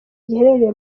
giherereye